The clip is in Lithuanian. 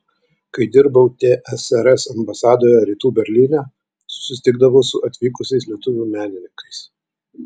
kai dirbau tsrs ambasadoje rytų berlyne susitikdavau su atvykusiais lietuvių menininkais